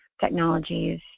technologies